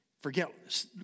Forget